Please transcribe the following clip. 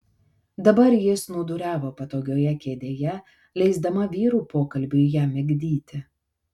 dabar ji snūduriavo patogioje kėdėje leisdama vyrų pokalbiui ją migdyti